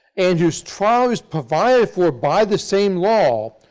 and whose trial is provided for by the same law,